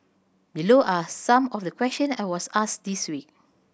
below are some of the question I was asked this week